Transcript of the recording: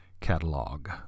catalog